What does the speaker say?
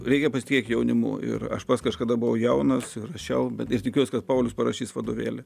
reikia pasitikėti jaunimu ir aš pats kažkada buvau jaunas rašiau bet tikiuosi kad paulius parašys vadovėlį